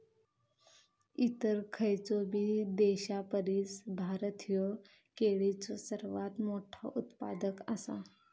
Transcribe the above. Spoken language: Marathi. इतर खयचोबी देशापरिस भारत ह्यो केळीचो सर्वात मोठा उत्पादक आसा